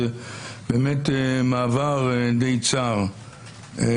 זה באמת מעבר די צר,